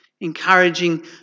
encouraging